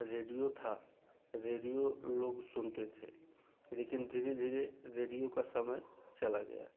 radio था radio लोग सुनते थे लेकिन धीरे धीरे रेडियो का समय चला गया